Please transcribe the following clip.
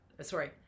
sorry